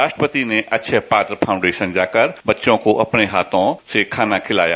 राष्ट्रपति ने अक्षय पात्र फाउंडेशन जाकर बच्चों को अपने हाथों से खाना खिलाया